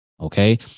Okay